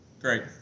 Great